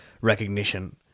recognition